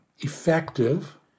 effective